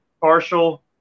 partial